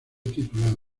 titular